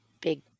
big